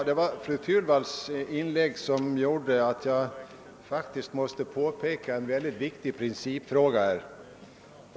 Herr talman! Fru Thunvalls inlägg föranleder mig att erinra om en viktig principfråga.